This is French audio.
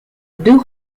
deux